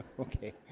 okay,